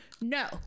No